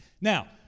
Now